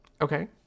Okay